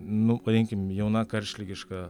nu vadinkim jauna karštligiška